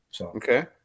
Okay